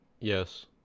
Yes